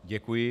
Děkuji.